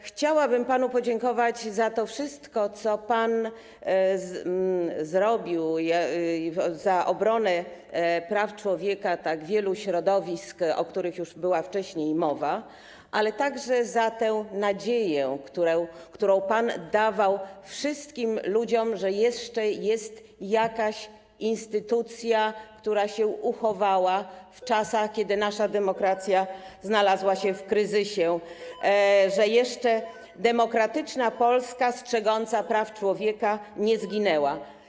Chciałabym panu podziękować za to wszystko, co pan zrobił, za obronę praw człowieka w przypadku tak wielu środowisk, o których już była wcześniej mowa, ale także za tę nadzieję, którą pan dawał wszystkim ludziom, że jeszcze jest jakaś instytucja, która się uchowała w czasach, kiedy nasza demokracja znalazła się w kryzysie, że jeszcze demokratyczna Polska strzegąca praw człowieka nie zginęła.